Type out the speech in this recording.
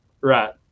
right